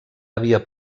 havia